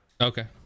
okay